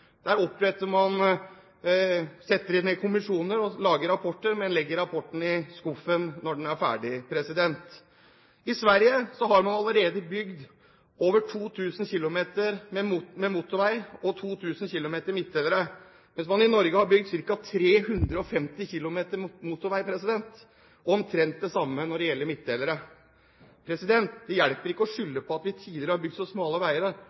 Der setter man ned kommisjoner og lager rapporter, men legger rapporten i skuffen når den er ferdig. I Sverige har man allerede bygd over 2 000 km med motorvei og 2 000 km midtdelere, mens man i Norge har bygd ca. 350 km motorvei og omtrent det samme når det gjelder midtdelere. Det hjelper ikke å skylde på at vi tidligere har bygd så smale veier